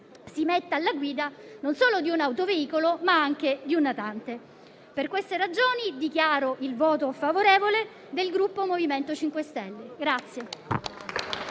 si metta alla guida non solo di un autoveicolo, ma anche di un natante. Per queste ragioni, dichiaro il voto favorevole del Gruppo MoVimento 5 Stelle.